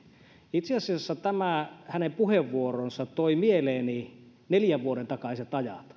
itse asiassa tämä hänen puheenvuoronsa toi mieleeni neljän vuoden takaiset ajat